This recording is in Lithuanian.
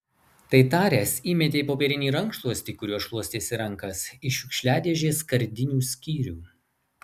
tai taręs įmetė popierinį rankšluostį kuriuo šluostėsi rankas į šiukšliadėžės skardinių skyrių